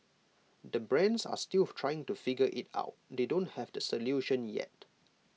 the brands are still trying to figure IT out they don't have the solution yet